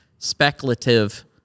speculative